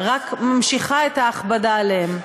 רק ממשיכה את ההכבדה עליהם,